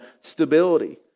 stability